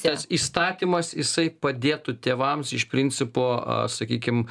tas įstatymas jisai padėtų tėvams iš principo a sakykim